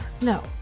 No